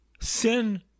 sin